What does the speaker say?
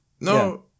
No